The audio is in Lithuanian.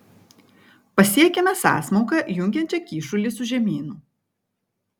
pasiekėme sąsmauką jungiančią kyšulį su žemynu